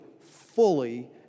fully